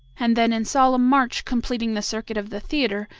and then in solemn march completing the circuit of the theatre,